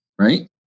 right